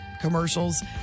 commercials